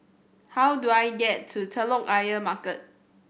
how do I get to Telok Ayer Market